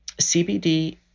cbd